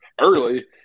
early